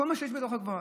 כל מה שיש בתוך החורבה.